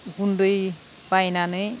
गुन्दै बायनानै